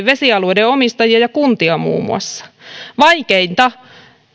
vesialueiden omistajia ja kuntia vaikeinta